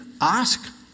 Ask